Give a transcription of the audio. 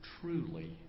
truly